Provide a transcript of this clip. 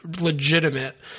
legitimate